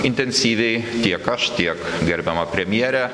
intensyviai tiek aš tiek gerbiama premjerė